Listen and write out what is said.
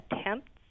attempts